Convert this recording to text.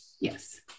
Yes